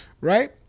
Right